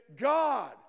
God